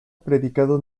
predicado